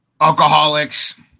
alcoholics